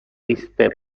iste